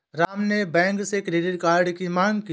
राम ने बैंक से credit card की माँग की